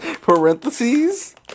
Parentheses